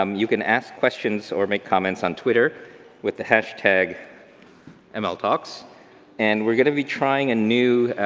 um you can ask questions or make comments on twitter with the hashtag um ah mltalks and we're gonna be trying a new